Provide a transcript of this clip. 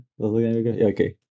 Okay